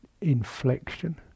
inflection